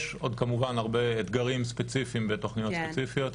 כמובן שיש עוד הרבה אתגרים ספציפיים בתוכניות ספציפיות,